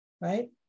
right